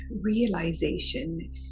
realization